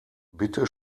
bitte